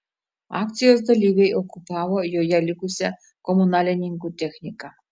akcijos dalyviai okupavo joje likusią komunalininkų techniką